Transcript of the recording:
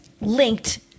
linked